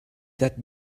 that